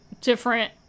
different